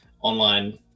online